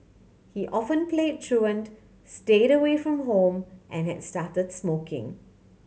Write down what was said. he often played truant stayed away from home and had started smoking